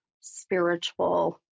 spiritual